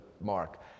mark